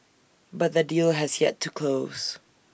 but the deal has yet to close